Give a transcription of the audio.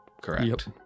Correct